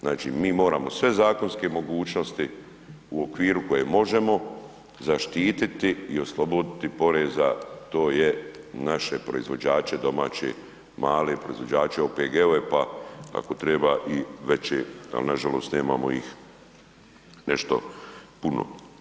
Znači mi moramo sve zakonske mogućnosti u okviru u kojem možemo, zaštititi i osloboditi poreza, tj. naše proizvođače domaće, male proizvođače, OPG-ove pa ako treba i veće ali nažalost nemamo ih nešto puno.